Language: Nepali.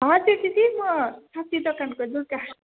हजुर दिदी म सब्जी दोकानको दुर्गा